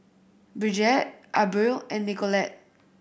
Bridgett Abril and Nicolette